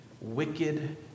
wicked